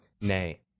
Nay